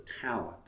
talent